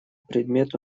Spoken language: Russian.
предмету